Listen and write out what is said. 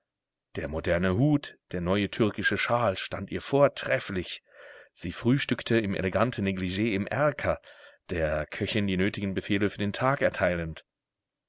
der moderne hut der neue türkische shawl stand ihr vortrefflich sie frühstückte im eleganten neglig im erker der köchin die nötigen befehle für den tag erteilend